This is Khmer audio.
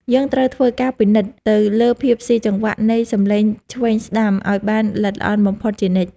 យើងត្រូវធ្វើការពិនិត្យទៅលើភាពស៊ីចង្វាក់នៃសំឡេងឆ្វេងស្ដាំឱ្យបានល្អិតល្អន់បំផុតជានិច្ច។